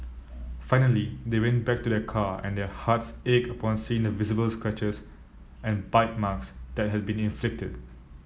finally they went back to their car and their hearts ached upon seeing the visible scratches and bite marks that had been inflicted